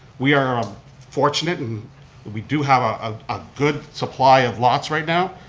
we are um fortunate and we do have ah ah a good supply of lots right now,